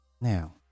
Now